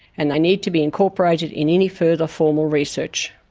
and they need to be incorporated in any further formal research!